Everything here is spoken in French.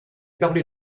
parlé